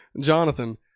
Jonathan